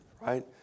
right